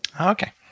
okay